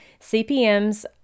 cpms